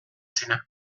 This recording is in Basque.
zena